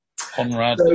Conrad